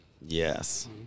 Yes